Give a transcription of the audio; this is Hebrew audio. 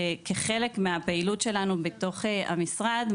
שכחלק מהפעילות שלנו בתוך המשרד,